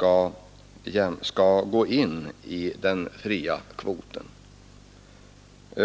bör gå in i den fria kvoten.